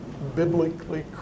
biblically